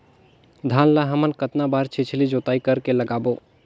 धान ला हमन कतना बार छिछली जोताई कर के लगाबो?